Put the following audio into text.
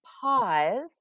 pause